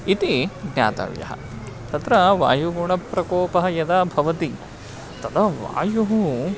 इति ज्ञातव्यः तत्र वायुगुणप्रकोपः यदा भवति तदा वायुः